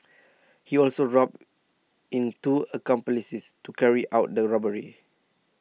he also roped in two accomplices to carry out the robbery